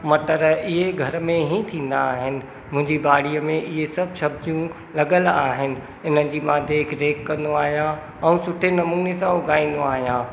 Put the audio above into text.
मटर इहे घर में ई थींदा आहिनि मुंहिंजी बाड़ीअ में इहे सभु सब्जूं लॻियल आहिनि इननि जी मां देख रेख कंदो आहियां ऐं सुठे नमूने सां उॻाईंदो आहियां